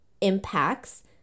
impacts